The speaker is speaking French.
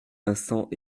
instant